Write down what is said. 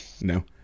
No